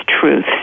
truth